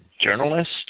journalist